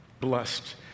blessed